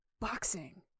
boxing